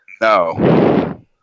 No